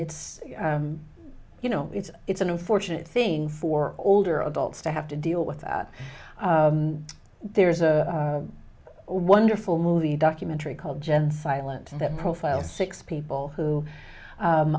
it's you know it's it's an unfortunate thing for older adults they have to deal with that there is a wonderful movie documentary called gen silent that profiles six people who